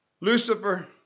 Lucifer